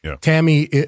Tammy